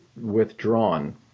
withdrawn